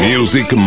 Music